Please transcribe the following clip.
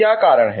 क्या कारण है